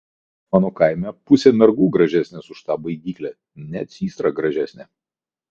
mano kaime pusė mergų gražesnės už tą baidyklę net systra gražesnė